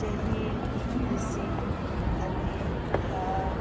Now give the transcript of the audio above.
ꯆꯍꯤ ꯂꯤꯁꯤꯡ ꯑꯅꯤ ꯊꯥ